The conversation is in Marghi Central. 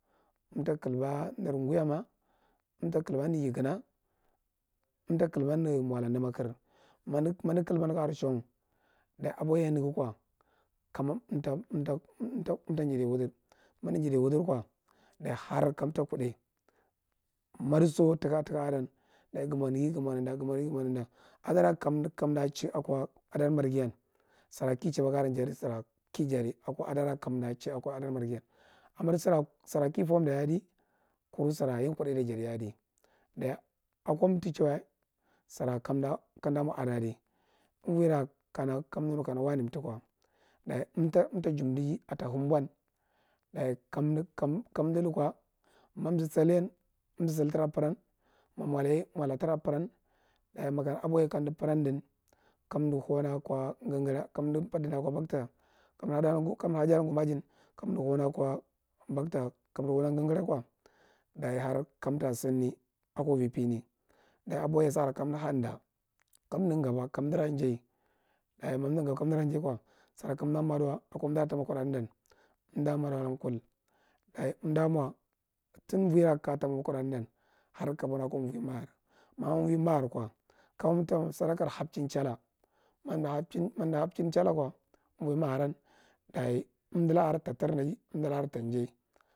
Unta klbaner kuyama, umtablbarna yeghana unita kilbanara iyola nnema kire ma unde klba meghi ara sham ko umta jidai wudre ma umdi jidai wuɗre ko daye harkanto kodai madiso tika adan gumo neghi guma nendar adara kand eha ako adar marghiyan sira kichabon ga aran jatisira kigadi ako adara kadacha coko adara mawghiya amma sira kifernda yeadi ku sira kudda yekajadiya adii daye ako ti chauwa sira kanda mom re adi umvoyera kana wane tiko daye undue ta gundiye ta henbon deye kadi kand luko mazi salyan umzi sal tita, pran ma molaye mota tira pran daye a boheya komadi prandin kachi hana ko gamajin kandu hauna ko gangara ko daye hark anta sime ako vi pene daye aboheya sara kandi lagiye daye ma gabe kaidi lajiye ko sira kanda maduwa ko undira to mo kudday da mah wa alon kul daye umdirco tin uvorn tamo kudhadidan, har kabin akow vaye makur mamauvoye makar know kana umta mo sakar habehin chla madi habehal chala ko umvoye makur laye umdulaka aran taradayi umdukka tajay